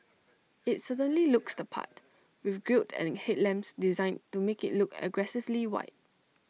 IT certainly looks the part with grille and headlamps designed to make IT look aggressively wide